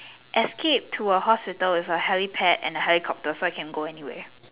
escape to a hospital with a helipad and a helicopter so I can go anywhere